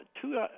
two